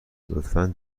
لطفا